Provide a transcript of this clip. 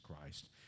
Christ